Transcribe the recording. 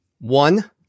One